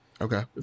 Okay